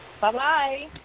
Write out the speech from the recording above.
Bye-bye